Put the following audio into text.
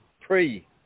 pre